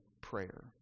prayer